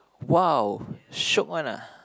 !wow! shiok one ah